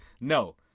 No